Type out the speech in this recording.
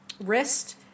wrist